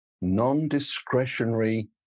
non-discretionary